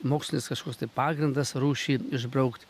mokslinis kažkoks tai pagrindas rūšį išbraukt